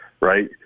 right